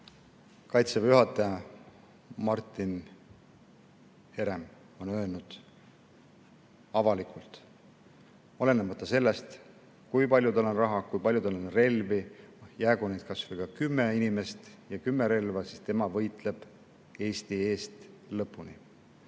Kaitseväe juhataja Martin Herem on öelnud avalikult, et olenemata sellest, kui palju tal on raha, kui palju tal on relvi, jäägu kas või kümme inimest ja kümme relva, tema võitleb Eesti eest lõpuni.